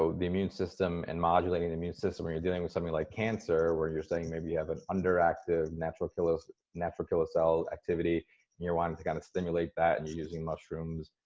so the immune system and modulating the immune system or you're dealing with something like cancer where you're saying maybe you have an underactive natural killer natural killer cell activity and you want to kind of stimulate that and using mushrooms,